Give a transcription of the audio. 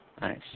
Nice